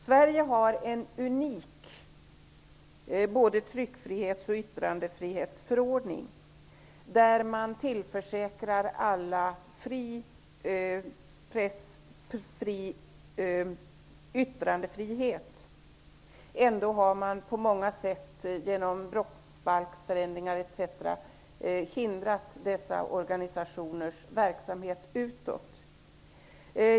Sverige har en unik tryckfrihetsförordning och yttrandefrihetsgrundlag, där man tillförsäkrar alla tillgång till fri press och yttrandefrihet. Ändå har man på många sätt genom brottsbalksförändringar etc. hindrat organisationers verksamhet utåt.